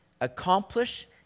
accomplish